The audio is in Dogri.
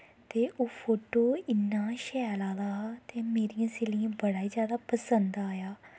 ते ओह् फोटो इन्ना शैल आए दा हा ते मेरियें स्हेलियें गी बड़ा ई जादा पसंद आया